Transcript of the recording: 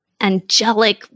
angelic